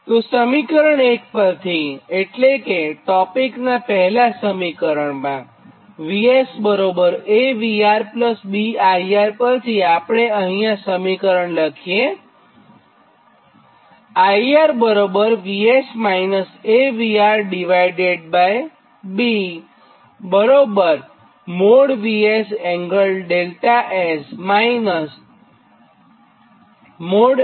તો સમીકરણ 1 પરથી એટલે કે ટોપિકનાં પહેલા સમીકરણ VSA VRB IR પરથી આપણે આ સમીકરણ લખી શકીએ